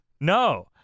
No